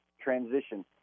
transition